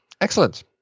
Excellent